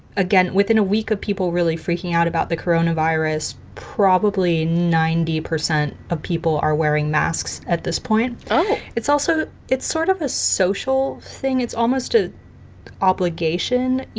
again, within a week of people really freaking out about the coronavirus, probably ninety percent of people are wearing masks at this point oh it's also it's sort of a social thing. it's almost an ah obligation.